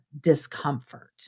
discomfort